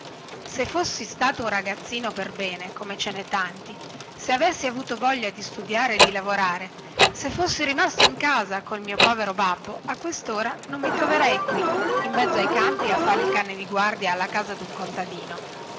se fossi stato un ragazzino per bene come ce nè tanti se avessi avuto voglia di studiare e di lavorare se fossi rimasto in casa col mio povero babbo a questora non mi troverei qui in mezzo ai campi a fare il cane di guardia alla casa dun contadino